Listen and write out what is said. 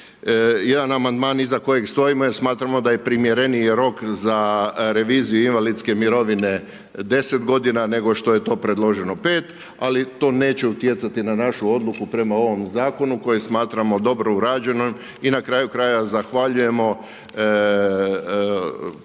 jedan amandman iza kojeg stojimo jer smatramo da je primjereniji rok za reviziju invalidske mirovine 10 godina nego što je to predloženo 5, ali to neće utjecati na našu odluku prema ovom zakonu koji smatramo dobro uređenim i na kraju krajeva zahvaljujemo predstavnicima